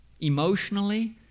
emotionally